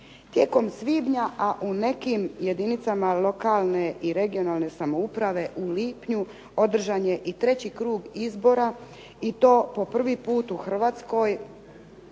Tijekom svibnja, a u nekim jedinicama lokalne i područne (regionalne) samouprave u lipnju održan je i treći krug izbora i to po prvi puta u Hrvatskoj